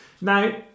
Now